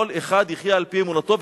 כל אחד יחיה על-פי אמונתו,